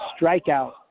Strikeout